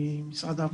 ממשרד העבודה.